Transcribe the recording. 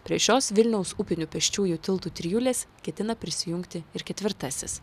prie šios vilniaus upinių pėsčiųjų tiltų trijulės ketina prisijungti ir ketvirtasis